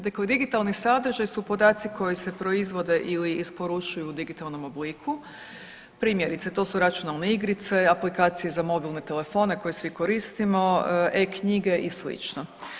Dakle, digitalni sadržaj su podaci koji se proizvode ili isporučuju u digitalnom obliku primjerice to su računalne igrice, aplikacije za mobilne telefone koje svi koristimo, e-knjige i slično.